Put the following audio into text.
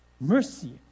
Mercy